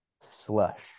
slush